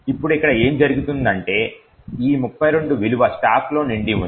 ఇప్పుడు ఇక్కడ ఏమి జరుగుతుందంటే ఈ 32 విలువ స్టాక్ లో నిండి ఉంది